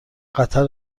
قطر